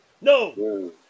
No